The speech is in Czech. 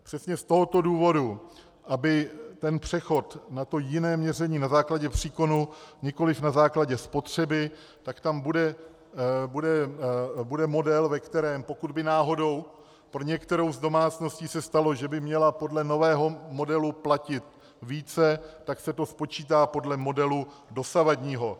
Přesně z tohoto důvodu, aby přechod na to jiné měření na základě příkonu, nikoliv na základě spotřeby, tak tam bude model, ve kterém, pokud by náhodou pro některou z domácností se stalo, že by měla podle nového modelu platit více, tak se to spočítá podle modelu dosavadního.